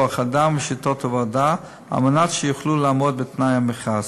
כוח-האדם ושיטות העבודה כדי שיוכלו לעמוד בתנאי המכרז.